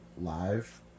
live